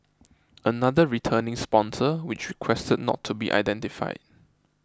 another returning sponsor which requested not to be identified